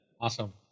Awesome